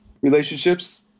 relationships